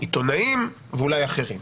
עיתונאים ואולי אחרים.